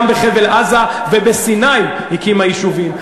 גם בחבל-עזה ובסיני היא הקימה יישובים.